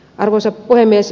arvoisa puhemies